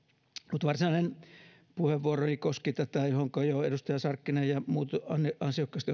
mutta varsinainen puheenvuoroni koskee tätä johonka jo edustaja sarkkinen ja muut ansiokkaasti